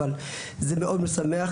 אבל זה מאוד משמח.